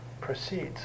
proceeds